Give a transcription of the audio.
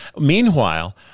Meanwhile